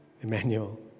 Emmanuel